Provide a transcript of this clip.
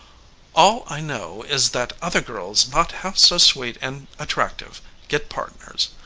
all i know is that other girls not half so sweet and attractive get partners.